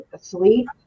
asleep